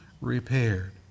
repaired